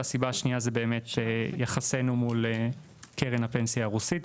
הסיבה השנייה היא יחסינו מול קרן הפנסיה הרוסית,